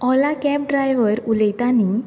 Ola cab driver उलयता न्ही